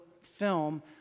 film